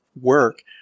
work